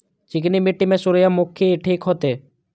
चिकनी मिट्टी में सूर्यमुखी ठीक होते?